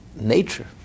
Nature